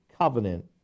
covenant